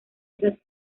esas